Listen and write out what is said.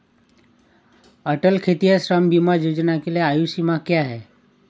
अटल खेतिहर श्रम बीमा योजना के लिए आयु सीमा क्या है?